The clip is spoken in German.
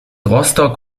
rostock